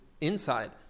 inside